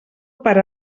per